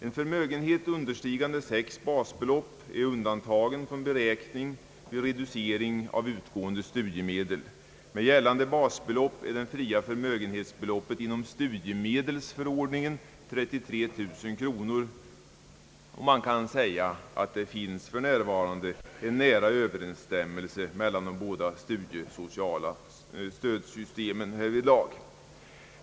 En förmögenhet understigande sex basbelopp är sålunda undantagen från beräkning av reducering av utgående studiemedel. Med nu gällande basbelopp är det fria förmögenhetsbeloppet inom studiemedelsförordningen 33 000 kronor, och det finns därför en nära överensstämmelse mel lan de båda studiesociala systemen härvidlag.